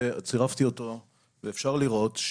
וצירפתי אותו ואפשר לראות,